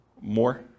More